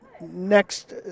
next